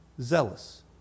zealous